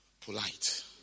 polite